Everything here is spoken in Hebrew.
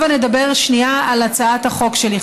הבה נדבר שנייה על הצעת החוק שלי,